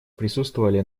присутствовали